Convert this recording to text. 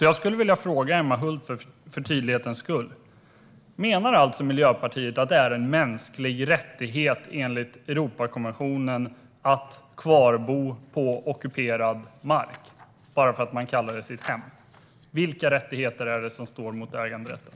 Jag skulle vilja fråga Emma Hult, för tydlighetens skull: Menar alltså Miljöpartiet att det är en mänsklig rättighet enligt Europakonventionen att bo kvar på ockuperad mark bara för att man kallar den sitt hem? Vilken rättighet är det som står mot äganderätten?